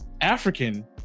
African